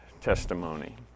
testimony